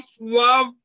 love